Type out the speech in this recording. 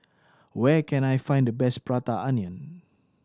where can I find the best Prata Onion